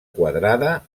quadrada